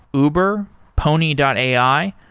uber, pony and ai,